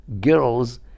girls